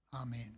Amen